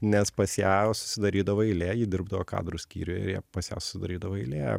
nes pas ją susidarydavo eilė ji dirbdavo kadrų skyriuje ir ją pas ją sudarydavo eilė